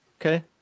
okay